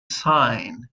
sign